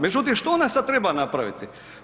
Međutim, što ona sada treba napraviti?